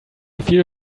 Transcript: feel